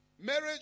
Marriage